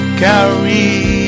carry